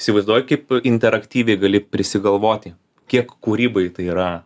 įsivaizduoji kaip interaktyviai gali prisigalvoti kiek kūrybai tai yra